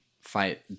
fight